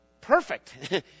perfect